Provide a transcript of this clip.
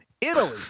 Italy